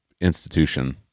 institution